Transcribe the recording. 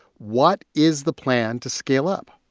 what is the plan to scale up?